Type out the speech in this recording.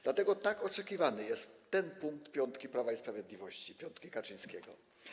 Dlatego tak oczekiwany jest ten punkt piątki Prawa i Sprawiedliwości, piątki Kaczyńskiego.